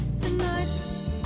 Tonight